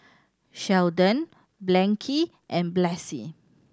Sheldon Blanchie and Blaise